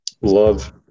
Love